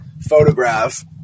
photograph